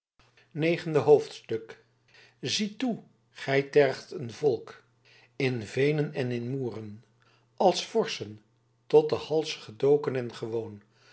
negende hoofdstuk ziet toe gy terght een volck in veenen en in moeren als vorschen tot den hals gedoken en gewoon